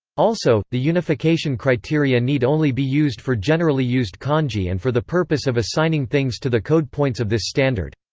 also, the unification criteria need only be used for generally used kanji and for the purpose of assigning things to the code points of this standard.